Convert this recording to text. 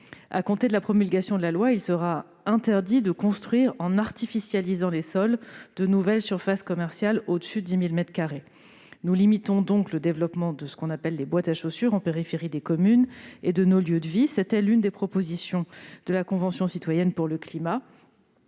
À compter de la promulgation de la loi, il sera interdit de construire, en artificialisant les sols, de nouvelles surfaces commerciales de plus de 10 000 mètres carrés. Nous limitons donc le développement de ce qu'on appelle des « boîtes à chaussures » en périphérie des communes et de nos lieux de vie. C'était l'une des propositions de la Convention citoyenne pour le climat :